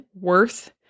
worth